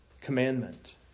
commandment